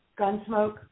Gunsmoke